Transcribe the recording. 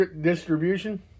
distribution